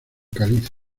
caliza